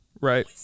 right